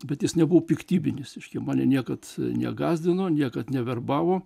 bet jis nebuvo piktybinis reiškia mane niekad negąsdino niekad neverbavo